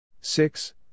Six